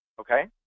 okay